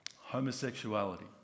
homosexuality